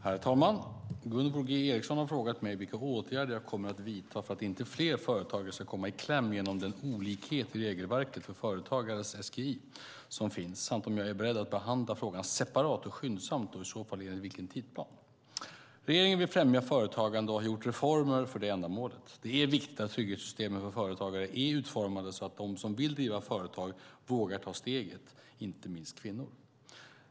Herr talman! Gunvor G Ericson har frågat mig vilka åtgärder jag kommer att vidta för att inte fler företagare ska komma i kläm genom den olikhet i regelverket för företagares SGI som finns samt om jag är beredd att behandla frågan separat och skyndsamt och i så fall enligt vilken tidsplan. Regeringen vill främja företagandet och har skapat reformer för det ändamålet. Det är viktigt att trygghetssystemen för företagare är utformade så att de som vill driva företag vågar ta steget, inte minst kvinnor.